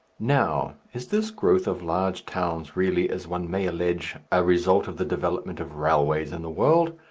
now, is this growth of large towns really, as one may allege, a result of the development of railways in the world,